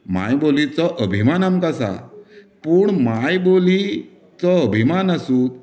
मांय बोलीचो अभिमान आमकां आसा पूण मांय बोलीचो अभिमान आसून